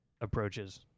approaches